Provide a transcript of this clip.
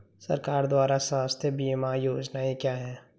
सरकार द्वारा स्वास्थ्य बीमा योजनाएं क्या हैं?